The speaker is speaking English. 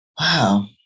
Wow